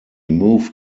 moved